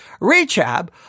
Rechab